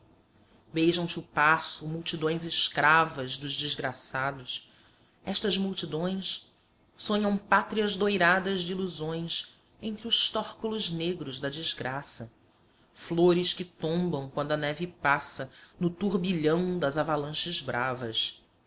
duras beijam te o passo multidões escravas dos desgraçados estas multidões sonham pátrias doiradas de ilusões entre os tórculos negros da desgraça flores que tombam quando a neve passa no turblhão das avalanches bravas